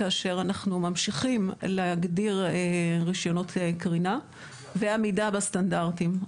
כאשר אנחנו ממשיכים להגדיר רישיונות קרינה ועמידה בסטנדרטים.